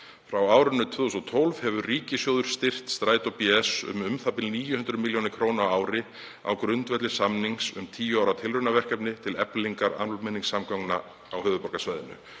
Frá árinu 2012 hefur ríkissjóður styrkt Strætó bs. um u.þ.b. 900 millj. kr. á ári á grundvelli samnings um tíu ára tilraunaverkefni til eflingar almenningssamgangna á höfuðborgarsvæðinu.“